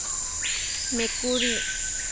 মেকুৰী